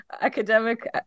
academic